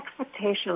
expectations